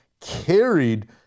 carried